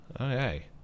Okay